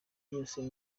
yose